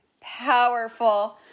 powerful